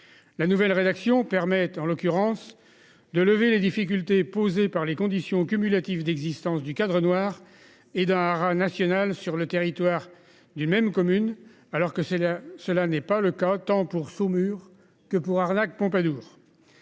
La nouvelle rédaction permettent en l'occurrence de lever les difficultés posées par les conditions cumulatives d'existence du Cadre Noir et d'art national sur le territoire d'une même commune alors que c'est là, cela n'est pas le cas tant pour Saumur que pour arnaque Pompadour.